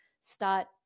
start